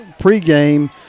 pregame